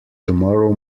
tomorrow